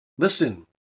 Listen